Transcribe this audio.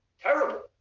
terrible